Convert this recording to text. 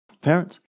parents